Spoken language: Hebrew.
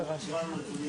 קיבלנו את הנתונים